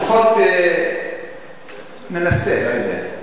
לפחות ננסה, לא יודע.